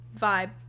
vibe